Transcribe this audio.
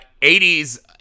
80s